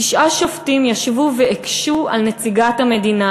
תשעה שופטים ישבו והקשו על נציגת המדינה